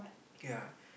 kay ah